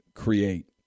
create